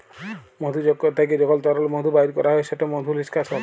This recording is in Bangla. মধুচক্কর থ্যাইকে যখল তরল মধু বাইর ক্যরা হ্যয় সেট মধু লিস্কাশল